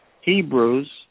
Hebrews